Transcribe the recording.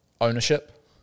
ownership